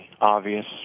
obvious